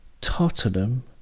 Tottenham